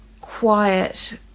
quiet